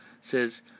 says